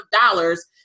dollars